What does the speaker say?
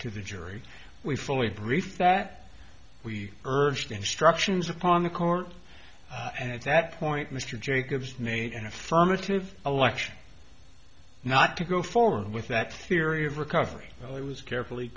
to the jury we fully briefed that we urged the instructions upon the court and if that point mr jacobs made an affirmative alexion not to go forward with that theory of recovery well it was carefully